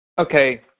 okay